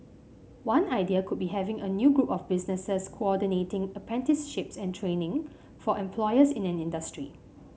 one idea could be having a new group of businesses coordinating apprenticeships and training for employers in an industry